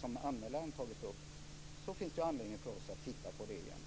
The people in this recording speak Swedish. som anmälaren har tagit upp finns det anledning för oss att titta på det igen.